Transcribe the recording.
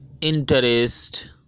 interest